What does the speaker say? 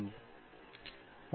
எனவே நாம் அதைப்பற்றிப் பேசுவோம்